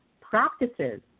practices